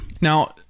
now